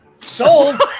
Sold